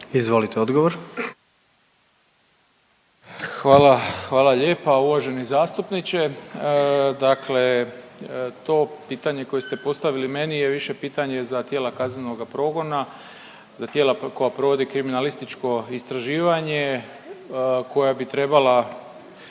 Izvolite odgovor. **Malenica, Ivan (HDZ)** Hvala lijepa. Uvaženi zastupniče, dakle to pitanje koje ste postavili meni je više pitanje za tijela kaznenoga progona, za tijela koja provode kriminalističko istraživanje koja bi trebala